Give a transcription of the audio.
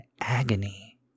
agony